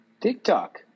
TikTok